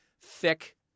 thick